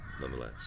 nonetheless